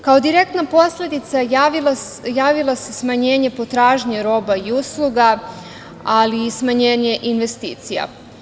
Kao direktna posledica javilo se smanjenje potražnje roba i usluga, ali i smanjenje investicija.